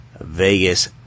Vegas